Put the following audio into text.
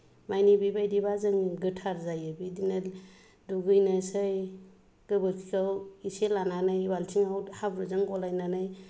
माने बेबायदिबा जों गोथार जायो बिदिनो दुगैनोसै गोबोरखिखौ इसे लानानै बाल्थिङाव हाब्रुजों गलायनानै